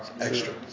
Extra